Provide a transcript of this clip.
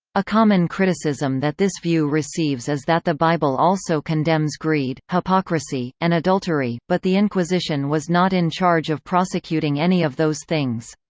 a common criticism that this view receives is that the bible also condemns greed, hypocrisy, and adultery, but the inquisition was not in charge of prosecuting any of those things.